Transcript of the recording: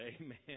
Amen